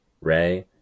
Ray